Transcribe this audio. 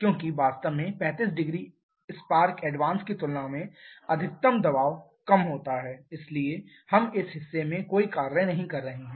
क्योंकि वास्तव में 350 स्पार्क एडवांस की तुलना में अधिकतम दबाव कम होता है इसलिए हम इस हिस्से में कोई कार्य नहीं कर रहे हैं